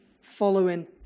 following